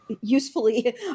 usefully